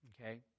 okay